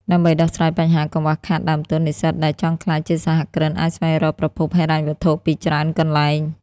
ដើម្បីដោះស្រាយបញ្ហាកង្វះខាតដើមទុន និស្សិតដែលចង់ក្លាយជាសហគ្រិនអាចស្វែងរកប្រភពហិរញ្ញវត្ថុពីច្រើនកន្លែង។